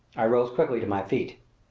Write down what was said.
i rose quickly to my feet.